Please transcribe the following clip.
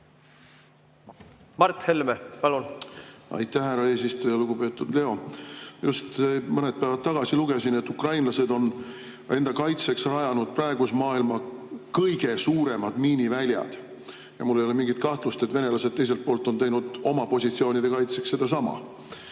Mart Helme, palun! Aitäh, härra eesistuja! Lugupeetud Leo! Just mõned päevad tagasi lugesin, et ukrainlased on enda kaitseks rajanud praeguse maailma kõige suuremad miiniväljad, ja mul ei ole mingit kahtlust, et venelased teiselt poolt on teinud oma positsioonide kaitseks sedasama.